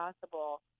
possible